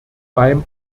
beim